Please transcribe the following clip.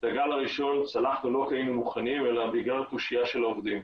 את הגל הראשון צלחנו לא כי היינו מוכנים אלא בגלל התושייה של העובדים.